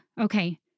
okay